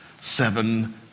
seven